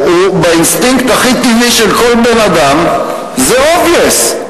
באינסטינקט הכי טבעי של כל בן-אדם זה obvious.